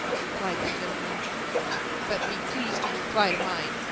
replied the gentleman but be pleased to reply to mine.